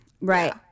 Right